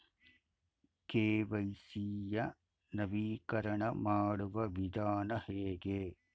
KYC ಯ ನವೀಕರಣ ಮಾಡುವ ವಿಧಾನ ಹೇಗೆ?